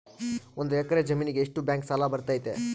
ಒಂದು ಎಕರೆ ಜಮೇನಿಗೆ ಎಷ್ಟು ಬ್ಯಾಂಕ್ ಸಾಲ ಬರ್ತೈತೆ?